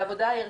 העבודה הערכית,